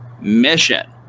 mission